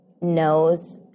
knows